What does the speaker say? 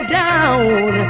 down